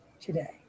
today